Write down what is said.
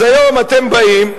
אז היום אתם באים.